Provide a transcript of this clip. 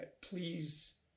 Please